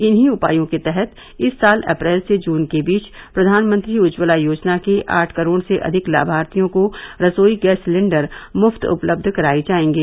इन्हीं उपायों के तहत इस साल अप्रैल से जून के बीच प्रधानमंत्री उज्ज्वला योजना के आठ करोड़ से अधिक लाभार्थियों को रसोई गैस सिलेंडर मफ्त उपलब्ध कराए जाएंगे